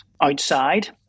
outside